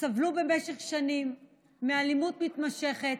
סבלו במשך שנים מאלימות מתמשכת,